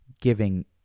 giving